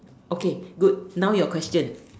okay good now your question